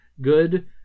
good